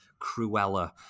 Cruella